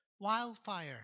wildfire